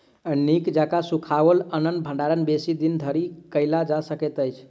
नीक जकाँ सुखाओल अन्नक भंडारण बेसी दिन धरि कयल जा सकैत अछि